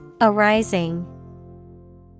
Arising